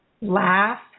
laugh